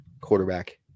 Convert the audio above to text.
quarterback